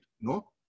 no